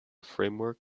framework